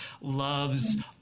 loves